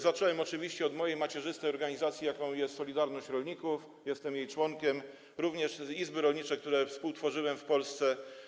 Zacząłem oczywiście od mojej macierzystej organizacji, jaką jest „Solidarność” rolników, której jestem członkiem, również są to izby rolnicze, które współtworzyłem w Polsce.